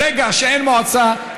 ברגע שאין מועצה,